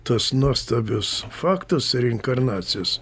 tuos nuostabius faktus reinkarnacijos